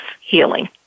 healing